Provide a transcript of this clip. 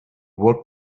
what